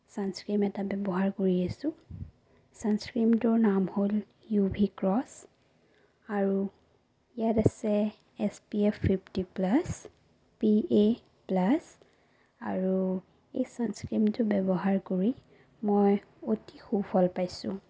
sunscreen এটা ব্যৱহাৰ কৰি আছোঁ ছানস্ক্ৰীমটোৰ নাম হ'ল ইউ ভি ক্ৰছ আৰু ইয়াত আছে S P F fifty plus P A plus আৰু এই ছানস্ক্ৰীমটো ব্যৱহাৰ কৰি মই অতি সুফল পাইছোঁ